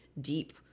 deep